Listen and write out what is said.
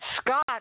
Scott